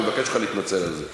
אני מבקש ממך להתנצל על זה.